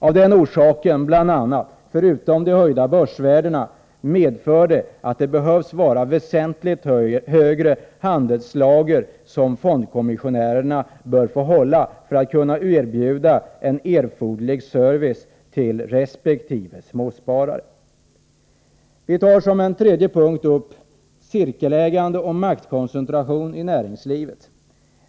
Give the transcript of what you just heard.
Av denna orsak — förutom de höjda börsvärdena — bör fondkommissionärerna få hålla ett väsentligt större handelslager för att kunna erbjuda en erforderlig service till småspararna. Vi tar såsom en tredje punkt upp cirkelägande och maktkoncentration i näringslivet.